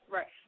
Right